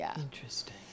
Interesting